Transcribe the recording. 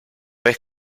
vez